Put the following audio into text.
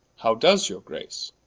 how does your grace